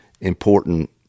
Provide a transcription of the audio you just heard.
important